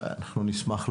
אנחנו נשמח לדעת,